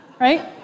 Right